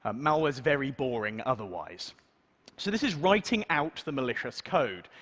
ah malware is very boring otherwise. so this is writing out the malicious code,